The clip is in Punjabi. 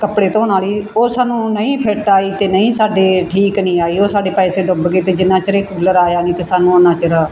ਕੱਪੜੇ ਧੋਣ ਵਾਲੀ ਉਹ ਸਾਨੂੰ ਨਹੀਂ ਫਿਟ ਆਈ ਅਤੇ ਨਹੀਂ ਸਾਡੇ ਠੀਕ ਨਹੀਂ ਆਈ ਉਹ ਸਾਡੇ ਪੈਸੇ ਡੁੱਬ ਗਏ ਅਤੇ ਜਿੰਨਾ ਚਿਰ ਇਹ ਕੂਲਰ ਆਇਆ ਨਹੀਂ ਤਾਂ ਸਾਨੂੰ ਉੰਨਾ ਚਿਰ